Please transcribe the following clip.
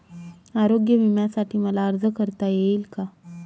आरोग्य विम्यासाठी मला अर्ज करता येईल का?